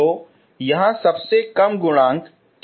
तो यहाँ सबसे कम गुणांक क्या है